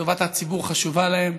שטובת הציבור חשובה להם,